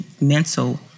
mental